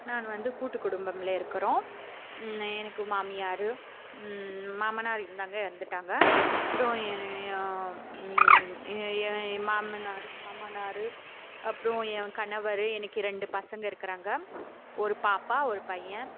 நான் வந்து கூட்டு குடும்பம்ல இருக்கிறோம் எனக்கு மாமியார் மாமனார் இருந்தாங்க இறந்துட்டாங்க அப்புறம் ஏ மாமனார் மாமனார் அப்புறம் என் கணவர் எனக்கு இரண்டு பசங்க இருக்குறாங்க ஒரு பாப்பா ஒரு பையன்